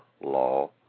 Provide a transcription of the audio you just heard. law